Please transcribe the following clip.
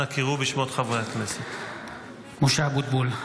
משה אבוטבול,